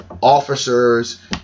officers